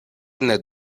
nét